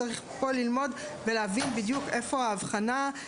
צריך ללמוד ולהבין בדיוק איפה ההבחנה.